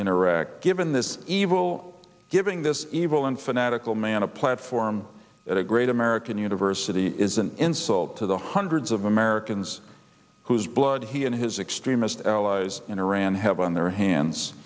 in iraq given this evil giving this evil and fanatical man a platform at a great american university is an insult to the hundreds of americans whose blood he and his extremist allies in iran have on their hands